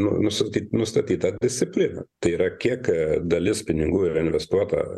nu nusukti nustatytą discipliną tai yra kiek dalis pinigų yra investuota